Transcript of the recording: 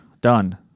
Done